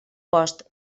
post